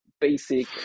basic